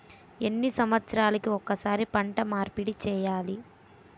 ఎన్ని సంవత్సరాలకి ఒక్కసారి పంట మార్పిడి చేయాలి?